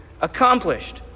accomplished